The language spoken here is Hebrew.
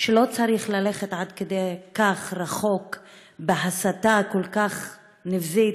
שלא צריך ללכת עד כדי כך רחוק, להסתה כל כך נבזית,